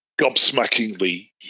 gobsmackingly